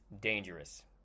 dangerous